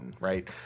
right